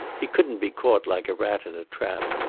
he couldn't be caught like a rat in a trap.